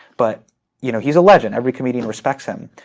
but you know he's a legend every comedian respects him.